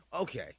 Okay